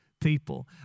people